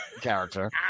character